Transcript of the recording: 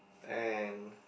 when